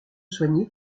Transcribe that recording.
soigner